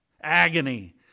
agony